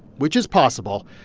which is possible,